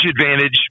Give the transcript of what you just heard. advantage